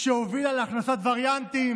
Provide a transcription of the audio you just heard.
שהובילה להכנסת וריאנטים.